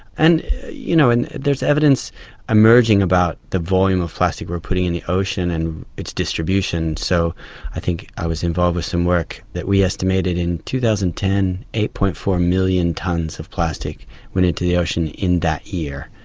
and you know and there is evidence emerging about the volume of plastic we're putting in the ocean and its distribution. so i think i was involved with some work that we estimated in two thousand and ten, eight. four million tonnes of plastic went into the ocean in that year.